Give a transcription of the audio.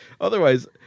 otherwise